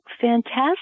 fantastic